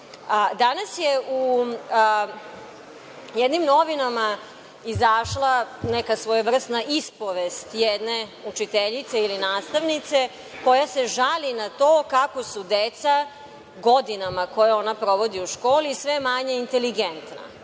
muče. Danas je u jednim novinama izašla neka svojevrsna ispovest jedne učiteljice ili nastavnice, koja se žali na to kako su deca godinama koje ona provodi u školi sve manje inteligentna.